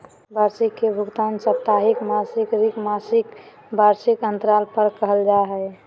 वार्षिकी के भुगतान साप्ताहिक, मासिक, त्रिमासिक, वार्षिक अन्तराल पर कइल जा हइ